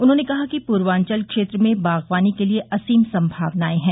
उन्होंने कहा कि पूर्वांचल क्षेत्र में बागवानी के लिये असीम संभावनाएं है